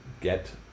get